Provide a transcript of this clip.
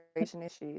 issues